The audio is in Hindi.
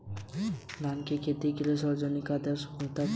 धान की खेती के लिए सर्वाधिक आदर्श मृदा कौन सी है?